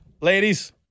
Ladies